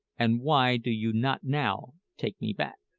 and why do you not now take me back?